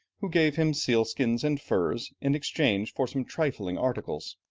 who gave him sealskins and furs in exchange for some trifling articles.